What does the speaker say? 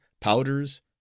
powders